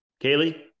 Kaylee